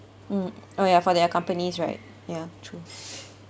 mm oh ya for their companies right ya true